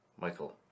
Michael